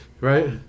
Right